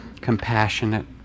Compassionate